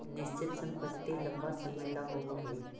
निश्चित संपत्ति लंबा समय ला होवऽ हइ